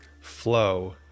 flow